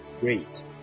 Great